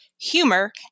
humor